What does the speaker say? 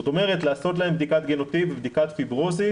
זאת אומרת לעשות להם בדיקת גנוטיפ ובדיקת פיברוזיס